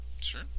Sure